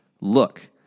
look